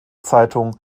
zeitung